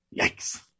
Yikes